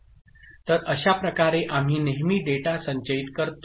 तर अशाप्रकारे आम्ही नेहमी डेटा संचयित करतो